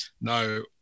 no